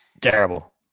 Terrible